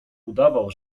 udawał